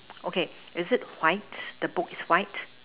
okay is it white the book is white